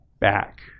back